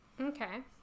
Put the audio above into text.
okay